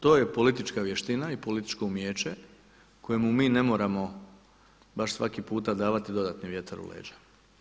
To je politička vještina i političko umijeće koje mu mi ne moramo baš svaki puta davati dodatni vjetar u leđa.